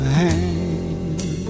hand